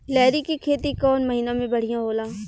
लहरी के खेती कौन महीना में बढ़िया होला?